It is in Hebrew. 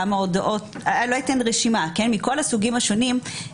כמה הודעות לא אתן רשימה מכל הסוגים השונים,